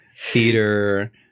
theater